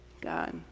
God